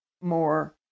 more